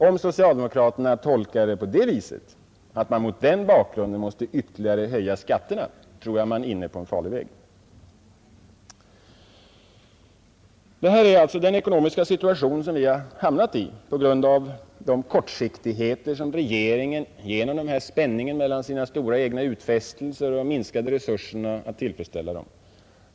Om socialdemokraterna tolkar det så att man mot den bakgrunden måste ytterligare höja skatterna, tror jag man är inne på en farlig väg. Detta är den allvarliga ekonomiska situation vi hamnat i på grund av spänningen mellan regeringens kortsiktiga stora egna utfästelser och de minskade resurserna att uppfylla dem.